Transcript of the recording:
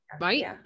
right